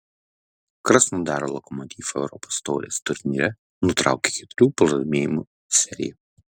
krasnodaro lokomotiv europos taurės turnyre nutraukė keturių pralaimėjimų seriją